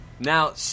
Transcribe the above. Now